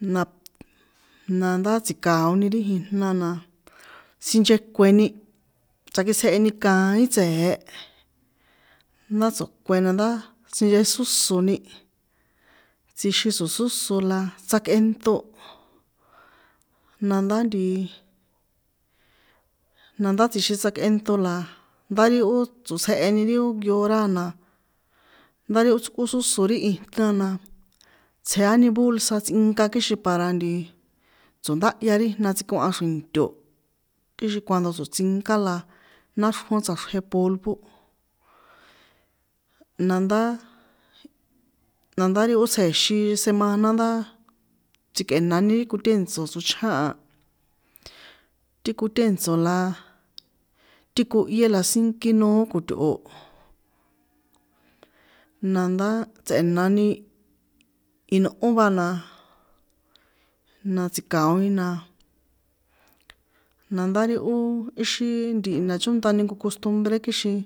Na pa, na ndá tsi̱ka̱oni ri ijna na, sinchekueni, tsakitsjheni lkaĭn tse̱e ndá tsokuen nandá sinchesósoni, tsjixin tso̱sóso la tsjakꞌenṭo, nandá ntiii, nandá tsjixin tsjakꞌento na ndá ri ó tsotsjeheni ri ó nkehora na, ndá ri ó tsíkosóso ri ijna na, tsjeáni bolsa tsꞌinka kixin para ntii, tso̱ndahya ri jna tsꞌikoha xri̱nto̱, kixin cuando tso̱tsinká la náxrjón tsꞌaxrje polvo, nandá, nandá ri ó tsjejexin semana nda tsikꞌenani ri kotèntso̱ tsochján a, ti kotènto̱ la ri kohyé la sínkí noó ko̱tꞌo̱, nandá tsꞌe̱nani, inꞌó va la na tsi̱ka̱oni na, nandá ri ó íxin ri ntihi na chónṭani nko costumbre kixin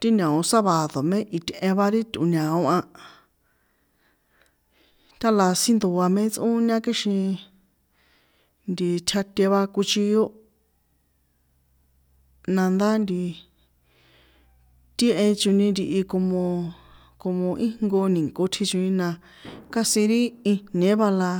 ti ña̱o sábado̱, itꞌen va ri tꞌo̱ ña̱o a, ta la síndo mé tsꞌóña kixin nti tjiate va kuchió, nandá nti, ti he choni ntihi como como íjnko ni̱nko tji choni na casi ri ijnie̱ va la.